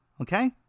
Okay